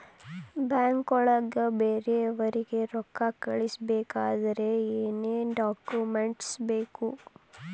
ಬ್ಯಾಂಕ್ನೊಳಗ ಬೇರೆಯವರಿಗೆ ರೊಕ್ಕ ಕಳಿಸಬೇಕಾದರೆ ಏನೇನ್ ಡಾಕುಮೆಂಟ್ಸ್ ಬೇಕು?